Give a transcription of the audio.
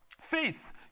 faith